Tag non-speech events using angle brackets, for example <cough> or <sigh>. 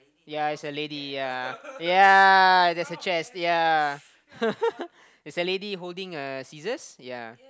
ya it's a lady ya ya there's a chest ya <laughs> there's a lady holding a scissors ya